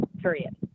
period